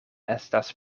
estas